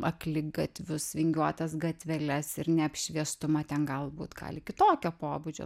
akligatvius vingiuotas gatveles ir ne apšviestumą ten galbūt gali kitokio pobūdžio